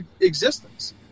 existence